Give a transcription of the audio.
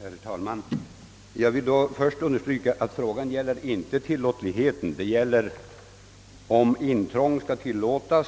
Herr talman! Jag vill understryka, att vad det gäller är frågan om intrång skall tillåtas